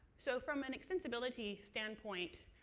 so from an extensibility standpoint,